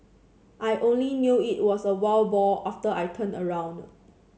I only knew it was a wild boar after I turned around